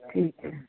ਠੀਕ ਐ